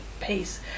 peace